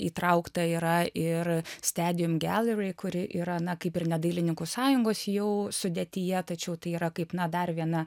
įtraukta yra ir stebim gallery kuri yra na kaip ir ne dailininkų sąjungos jau sudėtyje tačiau tai yra kaip na dar viena